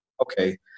okay